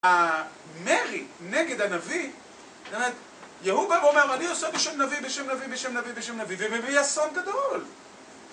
המרי נגד הנביא, יהוא בא ואומר אני עושה בשם הנביא בשם הנביא בשם הנביא בשם הנביא ומביא אסון גדול